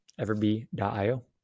everbee.io